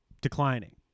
declining